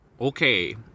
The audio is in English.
Okay